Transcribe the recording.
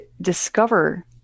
discover